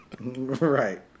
right